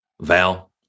Val